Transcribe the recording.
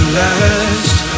last